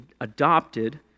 adopted